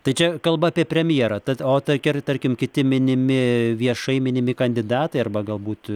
tai čia kalba apie premjerą tad o tai tarkim kiti minimi viešai minimi kandidatai arba galbūt